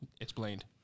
Explained